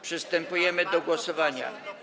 Przystępujemy do głosowania.